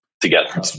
together